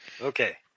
Okay